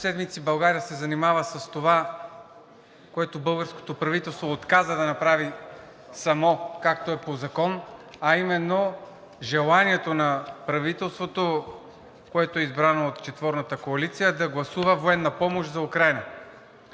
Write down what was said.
седмици България се занимава с това, което българското правителство отказа да направи самò, както е по закон, а именно желанието на правителството, което е избрано от четворната коалиция, да гласува военна помощ за Украйна.